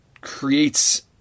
creates